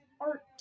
art